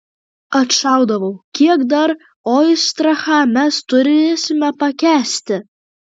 atšaudavau kiek dar oistrachą mes turėsime pakęsti